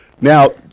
Now